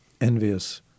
envious